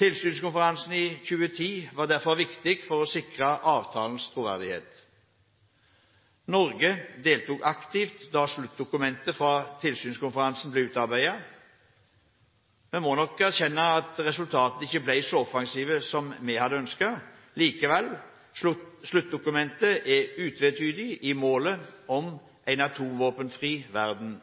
Tilsynskonferansen i 2010 var derfor viktig for å sikre avtalens troverdighet. Norge deltok aktivt da sluttdokumentet fra tilsynskonferansen ble utarbeidet. Vi må nok erkjenne at resultatet ikke ble så offensivt som vi hadde ønsket. Likevel; sluttdokumentet er utvetydig i målet om en atomvåpenfri verden,